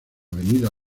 avenida